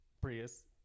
Prius